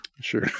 Sure